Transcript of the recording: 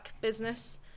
business